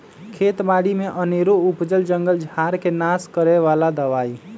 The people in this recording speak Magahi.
खेत बारि में अनेरो उपजल जंगल झार् के नाश करए बला दबाइ